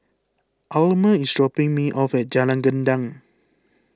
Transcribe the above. Almer is dropping me off at Jalan Gendang